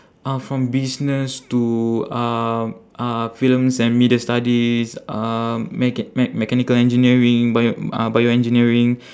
uh from business to um uh films and media studies um mecha~ me~ mechanical engineering bio~ uh bioengineering